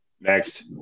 Next